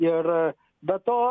ir be to